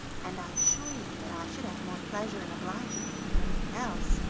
and i assure you that i should have more pleasure in obliging you than anyone else,